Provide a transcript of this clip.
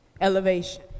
elevation